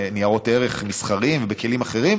בניירות ערך מסחריים ובכלים אחרים,